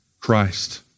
Christ